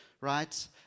right